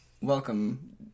Welcome